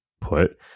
put